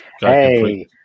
Hey